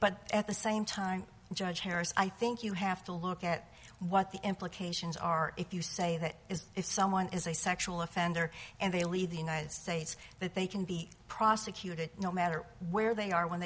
but at the same time judge harris i think you have to look at what the implications are if you say that is if someone is a sexual offender and they leave the united states that they can be prosecuted no matter where they are when they